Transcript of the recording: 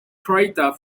crater